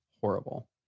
horrible